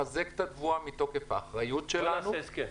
לחזק את התבואה מתוקף האחריות שלנו --- בוא נעשה הסכם: